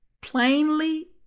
plainly